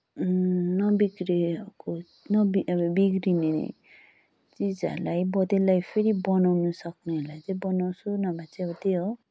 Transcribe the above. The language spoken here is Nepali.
नबिग्रिएको नबिग्रिए अब बिग्रिने चिजहरूलाई अब त्यसलाई फेरि बनाउन सक्नेहरूलाई चाहिँ बनाउँछु नभए चाहिँ अब त्यही हो